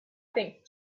think